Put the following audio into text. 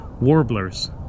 warblers